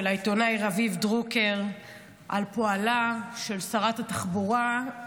העיתונאי רביב דרוקר על פועלה של שרת התחבורה,